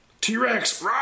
T-Rex